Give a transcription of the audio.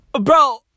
bro